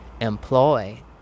employ